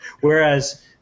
Whereas